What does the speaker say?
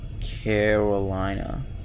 Carolina